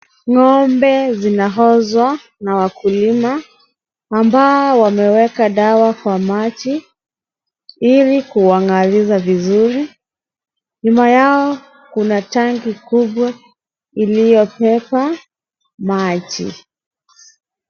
Ng'ombe zinaoshwa na wakulima, ambao wameweka dawa kwa maji, ili kuwang'arisha vizuri. Nyuma yao, kuna tanki kubwa iliyobeba maji.